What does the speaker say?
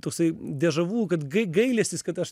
toksai dežavu kad gailestis kad aš